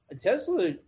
Tesla